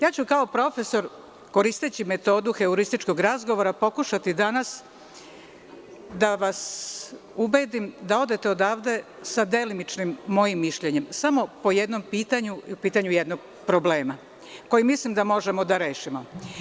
Ja ću kao profesor, koristeći metodu heruističkog razgovora pokušati danas da vas ubedim da odete odavde sa delimičnim mojim mišljenjem, samo po jednom pitanju i u pitanju jednog problema, koji mislim da možemo da rešimo.